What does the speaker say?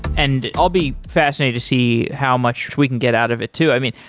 and i'll be fascinated to see how much we can get out of it too. i mean,